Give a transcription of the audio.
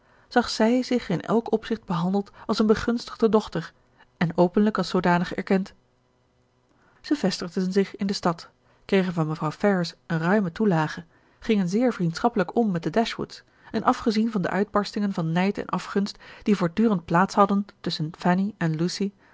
zag zij zich in elk opzicht behandeld als een begunstigde dochter en openlijk als zoodanig erkend zij vestigden zich in de stad kregen van mevrouw ferrars eene ruime toelage gingen zeer vriendschappelijk om met de dashwoods en afgezien van de uitbarstingen van nijd en afgunst die voortdurend plaats hadden tusschen fanny en lucy